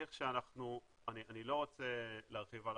אני לא רוצה להרחיב על